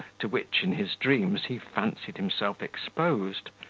to which, in his dreams, he fancied himself exposed.